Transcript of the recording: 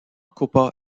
copa